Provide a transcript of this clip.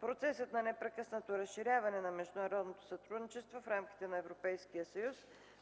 Процесът на непрекъснато разширяване на международното сътрудничество в рамките на Европейския съюз